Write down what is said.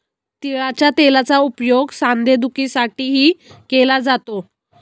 तिळाच्या तेलाचा उपयोग सांधेदुखीसाठीही केला जातो